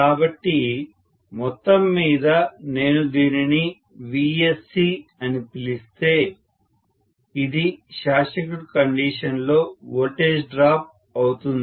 కాబట్టి మొత్తంమీద నేను దీనిని VSC అని పిలుస్తే ఇది షార్ట్ సర్క్యూట్ కండిషన్లో వోల్టేజ్ డ్రాప్ అవుతుంది